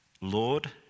Lord